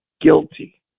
guilty